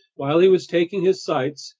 while he was taking his sights,